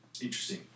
Interesting